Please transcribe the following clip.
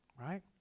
right